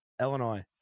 Illinois